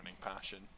passion